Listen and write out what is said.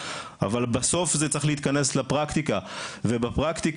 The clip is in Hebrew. אבל בסוף זה צריך להתכנס לפרקטיקה ובפרקטיקה,